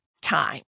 time